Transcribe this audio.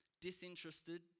disinterested